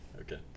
Okay